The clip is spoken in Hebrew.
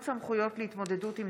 5